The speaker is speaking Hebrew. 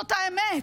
זאת האמת.